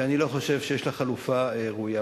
כי אני לא חושב שיש לה חלופה ראויה.